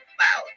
wow